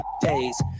days